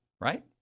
right